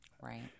Right